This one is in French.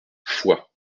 foix